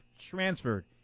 transferred